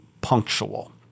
punctual